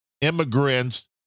immigrants